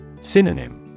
Synonym